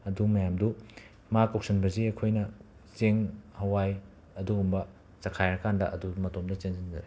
ꯑꯗꯨ ꯃꯌꯥꯝꯗꯨ ꯃꯥ ꯀꯧꯁꯟꯕꯁꯦ ꯑꯩꯈꯣꯏꯅ ꯆꯦꯡ ꯍꯋꯥꯏ ꯑꯗꯨꯒꯨꯝꯕ ꯆꯈꯥꯏꯔꯀꯥꯟꯗ ꯑꯗꯨꯝ ꯃꯇꯣꯝꯇ ꯆꯦꯟꯁꯤꯟꯖꯔꯛꯑꯦ